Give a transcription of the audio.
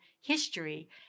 history